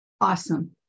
Awesome